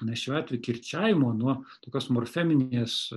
na šiuo atveju kirčiavimo nuo tokios morfeminės